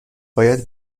باید